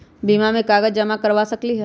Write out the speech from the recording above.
बीमा में कागज जमाकर करवा सकलीहल?